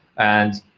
and